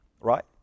Right